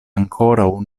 ankoraŭ